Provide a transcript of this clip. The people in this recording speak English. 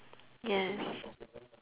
yes